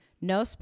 no